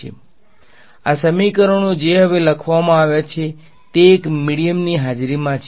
તેથી આ સમીકરણો જે હવે લખવામાં આવ્યા છે તે એક મીડીયમની હાજરીમાં છે